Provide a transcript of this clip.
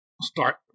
start